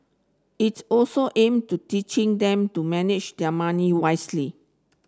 it's also aimed to teaching them to manage their money wisely